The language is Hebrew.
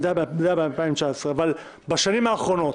בשנים האחרונות,